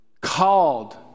called